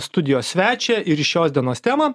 studijos svečią ir į šios dienos temą